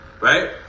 right